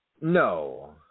No